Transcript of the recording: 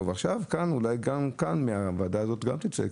אולי גם מהוועדה הזאת תצא קריאה.